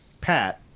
Pat